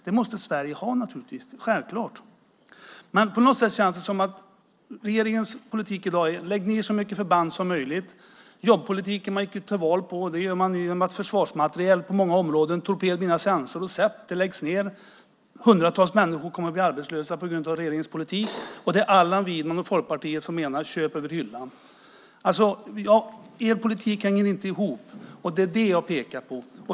Det måste Sverige naturligtvis ha, självklart. På något sätt känns det som att regeringens politik i dag är att lägga ned så många förband som möjligt. Man gick till val på jobbpolitiken. På många områden läggs nu försvarsmateriel - såsom torped, mina, sensor - ned. Hundratals människor kommer att bli arbetslösa på grund av regeringens politik, och det menar Allan Widman och Folkpartiet är köp över hyllan. Er politik hänger inte ihop, och det är det jag pekar på.